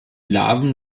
larven